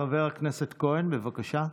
חבר הכנסת כהן, בבקשה.